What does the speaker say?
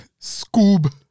Scoob